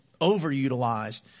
overutilized